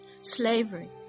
slavery